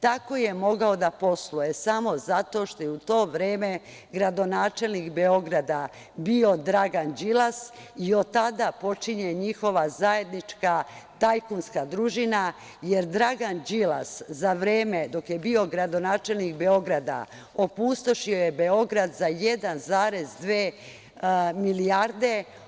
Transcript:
Tako je mogao da posluje samo zato što je u to vreme gradonačelnik Beograda bio Dragan Đilas i od tada počinje njihova zajednička tajkunska družina, jer Dragan Đilas za vreme dok je bio gradonačelnik Beograda opustošio je Beograd za 1,2 milijarde.